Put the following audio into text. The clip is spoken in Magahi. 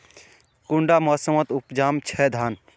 कुंडा मोसमोत उपजाम छै धान?